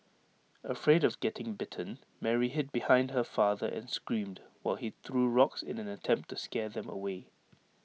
afraid of getting bitten Mary hid behind her father and screamed while he threw rocks in an attempt to scare them away